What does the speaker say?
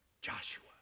Joshua